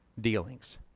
dealings